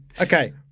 okay